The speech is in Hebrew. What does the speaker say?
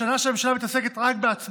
זו שנה שבה הממשלה מתעסקת רק בעצמה.